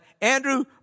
Andrew